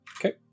Okay